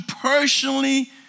personally